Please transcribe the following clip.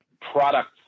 products